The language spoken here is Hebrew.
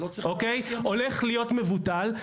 הולך להיות מבוטל.